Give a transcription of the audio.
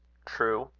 true.